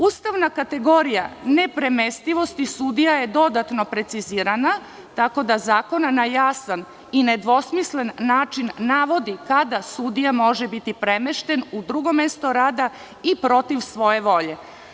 Ustavna kategorija nepremestivosti sudija je dodatno precizirana, tako da zakon na jasan i nedvosmislen način navodi kada sudija može biti premešten u drugo mesto rada i protiv svoje volje.